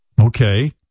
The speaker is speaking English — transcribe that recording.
Okay